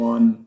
One